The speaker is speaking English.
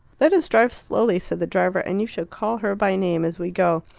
let us drive slowly, said the driver, and you shall call her by name as we go.